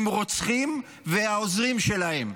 עם רוצחים והעוזרים שלהם,